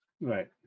Right